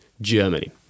Germany